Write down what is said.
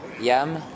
Yam